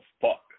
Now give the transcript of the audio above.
Fuck